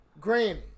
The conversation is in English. Granny